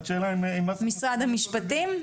משרד המשפטים?